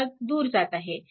हा दूर जात आहे